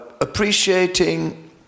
appreciating